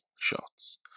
shots